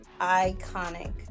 iconic